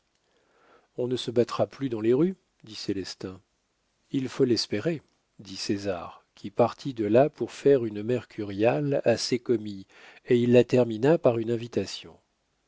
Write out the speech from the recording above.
on ne se battra plus dans les rues dit célestin il faut l'espérer dit césar qui partit de là pour faire une mercuriale à ses commis et il la termina par une invitation